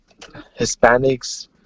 Hispanics